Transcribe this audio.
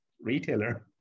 retailer